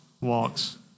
walks